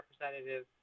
Representative